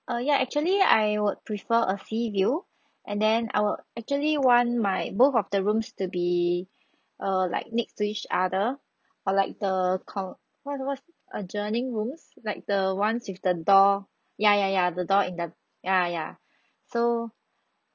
uh ya actually I would prefer a sea view and then I will actually want my both of the rooms to be err like next to each other or like the con~ what what's adjoining rooms like the ones with the door ya ya ya the door in the ya ya so